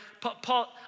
Paul